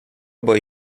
boi